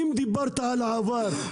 אם דיברת על העבר,